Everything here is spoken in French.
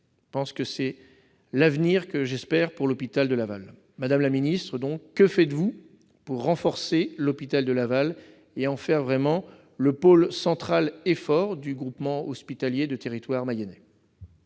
tel est l'avenir que j'espère pour l'hôpital de Laval. Madame la secrétaire d'État, que faites-vous pour renforcer l'hôpital de Laval et en faire vraiment le pôle central et fort du groupement hospitalier de territoire mayennais ?